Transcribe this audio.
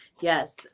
Yes